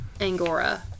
Angora